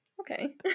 okay